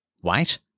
white